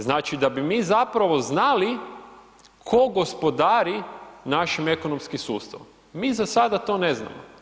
Znači da bi mi zapravo znali tko gospodari našim ekonomskim sustavom, mi za sada to ne znamo.